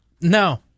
No